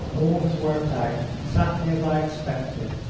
all has worked out exactly as i expected.